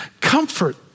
comfort